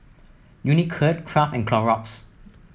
Unicurd Kraft and Clorox